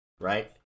right